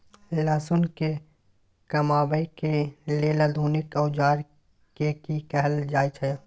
लहसुन के कमाबै के लेल आधुनिक औजार के कि कहल जाय छै?